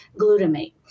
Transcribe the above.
glutamate